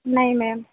नहीं मैम